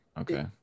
okay